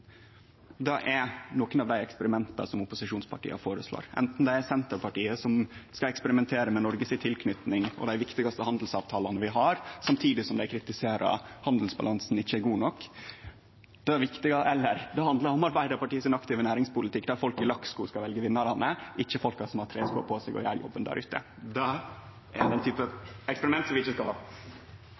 er nokon av dei eksperimenta som opposisjonspartia føreslår, anten det er Senterpartiet, som skal eksperimentere med Noreg si tilknyting og dei viktigaste handelsavtalane vi har, samtidig som dei kritiserer at handelsbalansen ikkje er god nok, eller Arbeidarpartiets aktive næringspolitikk, der folk i lakksko skal velje vinnarane, ikkje folka som har treskoa på seg og gjer jobben der ute. Det er den typen eksperiment vi ikkje skal ha.